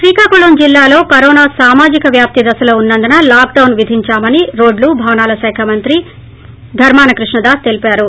శ్రీకాకుళం జిల్లాలో కరోనా సామాజిక వ్యాప్తి దశలో ఉన్నందున విధించాలని రోడ్లు భావనల శాఖ మంత్రి ధర్మాన కృష్ణదాస్ తెలిపారు